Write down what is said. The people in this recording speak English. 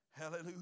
Hallelujah